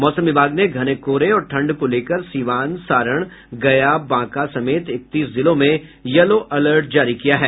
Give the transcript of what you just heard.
मौसम विभाग ने घने कोहरे और ठंड को लेकर सीवान सारण गया बांका समेत इकतीस जिलों में येलो अलर्ट जारी किया है